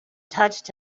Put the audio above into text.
touched